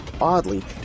oddly